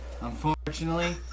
Unfortunately